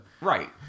Right